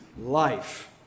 life